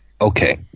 Okay